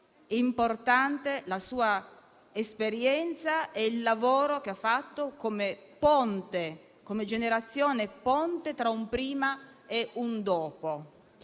importante la sua esperienza e il lavoro che ha fatto come ponte, come generazione ponte tra un prima e un dopo.